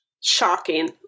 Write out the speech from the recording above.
Shocking